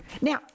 Now